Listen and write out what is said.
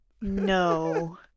No